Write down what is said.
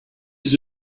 did